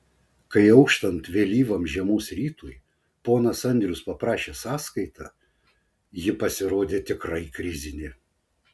kai auštant vėlyvam žiemos rytui ponas andrius paprašė sąskaitą ji pasirodė tikrai krizinė